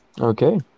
okay